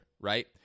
right